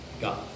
God